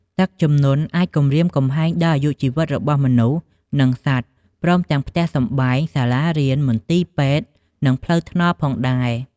ទឹកជំនន់អាចគំរាមគំហែងដល់អាយុជីវិតរបស់មនុស្ស និងសត្វ ព្រមទាំងផ្ទះសម្បែង សាលារៀន មន្ទីរពេទ្យ និងផ្លូវថ្នល់ផងដែរ។